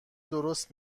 درست